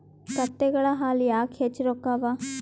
ಕತ್ತೆಗಳ ಹಾಲ ಯಾಕ ಹೆಚ್ಚ ರೊಕ್ಕ ಅವಾ?